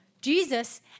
Jesus